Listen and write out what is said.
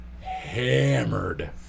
hammered